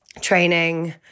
training